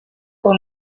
for